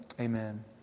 Amen